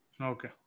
Okay